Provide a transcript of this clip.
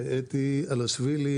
ואתי אלשווילי,